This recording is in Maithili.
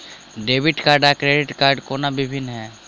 डेबिट कार्ड आ क्रेडिट कोना भिन्न है?